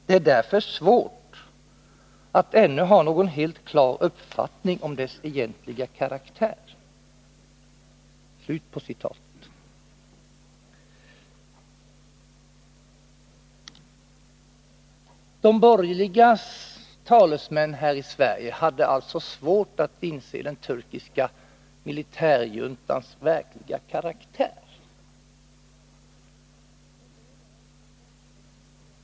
Det är därför svårt att ännu ha någon helt klar uppfattning om dess egentliga karaktär.” De borgerligas talesmän här i Sverige hade alltså svårt att inse den turkiska militärjuntans verkliga karaktär.